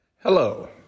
Hello